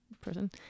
person